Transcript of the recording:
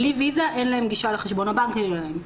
בלי ויזה אין להן גישה לחשבון הבנק שלהן.